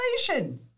inflation